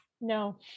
No